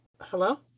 Hello